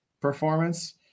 performance